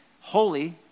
holy